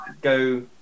go